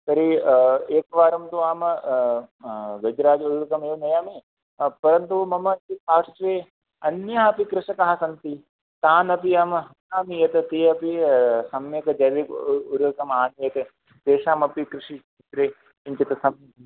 तर्हि एकवारं तु अहं वज्राद ऊरुकमेव नयामि परन्तु मम पार्श्वे अन्या अपि कृषकाः सन्ति तानपि अहं वदामि एतत् ते अपि सम्यक् जैवक ऊर्वकम् आनयत् तेषामपि कृषि अग्रे किञ्चित्